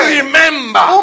remember